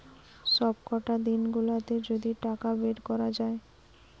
সবকটা দিন গুলাতে যদি টাকা বের কোরা যায়